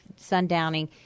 sundowning